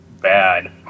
bad